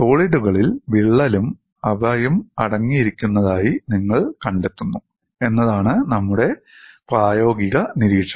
സോളിഡുകളിൽ വിള്ളലും അവയും അടങ്ങിയിരിക്കുന്നതായി നിങ്ങൾ കണ്ടെത്തുന്നു എന്നതാണ് നമ്മുടെ പ്രായോഗിക നിരീക്ഷണം